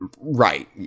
Right